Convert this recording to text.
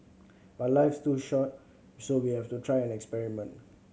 but life is too short so we have to try and experiment